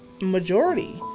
Majority